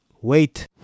wait